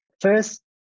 First